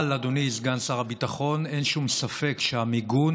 אבל אדוני סגן שר הביטחון, אין שום ספק שהמיגון